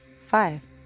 five